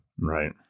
Right